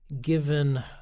given